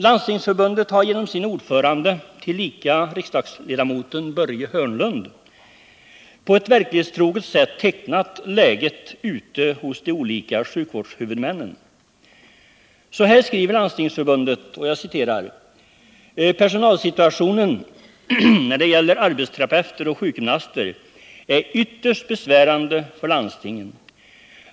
Landstingsförbundet har genom sin ordförande, Börje Hörnlund, tillika riksdagsledamot, på ett verklighetstroget sätt tecknat läget ute hos de olika sjukvårdshuvudmännen. Så här skriver Landstingsförbundet: ”Personalsituationen när det gäller arbetsterapeuter och sjukgymnaster är ytterst besvärande för landstingen.